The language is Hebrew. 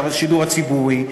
של השידור הציבורי,